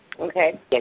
Okay